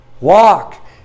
Walk